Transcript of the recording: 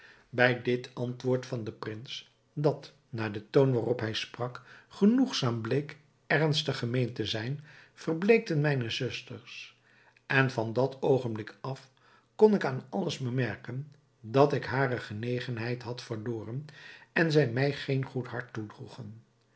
bij dit antwoord van den prins dat naar den toon waarop hij sprak genoegzaam bleek ernstig gemeend te zijn verbleekten mijne zusters en van dat oogenblik af kon ik aan alles bemerken dat ik hare genegenheid had verloren en zij mij geen goed hart toedroegen